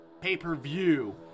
pay-per-view